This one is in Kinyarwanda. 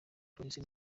police